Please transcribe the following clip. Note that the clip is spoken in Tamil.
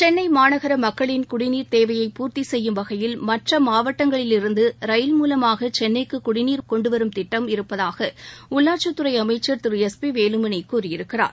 சென்னை மாநகர மக்களின் குடிநீர் தேவையை பூர்த்தி செய்யும் வகையில் மற்ற மாவட்டங்களிலிருந்து ரயில் மூலமாக சென்ளைக்கு குடிநீர் கொண்டுவரும் திட்டம் இருப்பதாக உள்ளாட்சித் திரு எஸ் பி வேலுமணி கூறியிருக்கிறார்